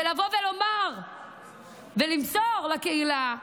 לבוא ולומר ולמסור לקהילה,